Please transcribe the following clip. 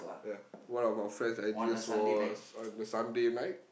ya one of our friends Andreas was on the Sunday night